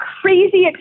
crazy